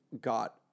got